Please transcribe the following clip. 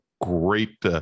great